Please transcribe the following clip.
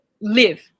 live